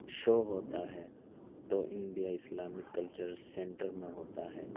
شو ہوتا ہے تو انڈیا اسلامک کلچرل سینٹر میں ہوتا ہے